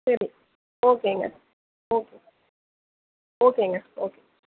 okay ஓகேங்க okay ஓகேங்க okay